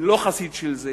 אני לא חסיד של זה.